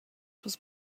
was